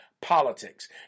politics